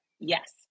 Yes